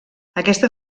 aquesta